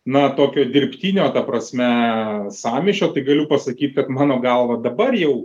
na tokio dirbtinio ta prasme sąmyšio tai galiu pasakyt kad mano galva dabar jau